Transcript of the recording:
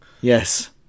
Yes